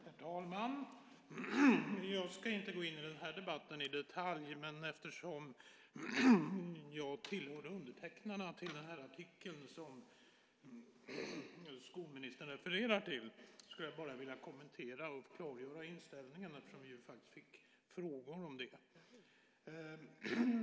Herr talman! Jag ska inte gå in i den här debatten i detalj, men eftersom jag tillhör undertecknarna till den artikel som skolministern refererar till skulle jag bara vilja kommentera och klargöra inställningarna. Vi fick faktiskt frågor om det.